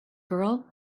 girl